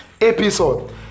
episode